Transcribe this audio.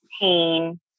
pain